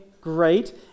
great